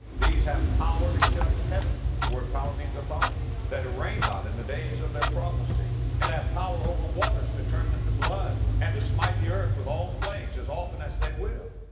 these have power to shut heaven. the word power means authority. that it rain not in the days of their prophecy and have power over waters to turn them to blood, and to smite the earth with all plagues, as often as they will.